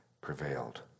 prevailed